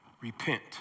repent